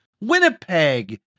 Winnipeg